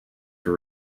for